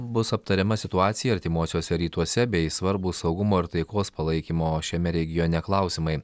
bus aptariama situacija artimuosiuose rytuose bei svarbūs saugumo ir taikos palaikymo šiame regione klausimai